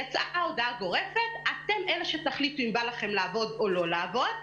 יצאה הודעה גורפת: אתם אלה שתחליטו אם בא לכם לעבוד או לא לעבוד.